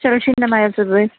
चलशील ना माझ्यासोबत